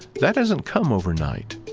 that doesn't come over night.